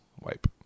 wipe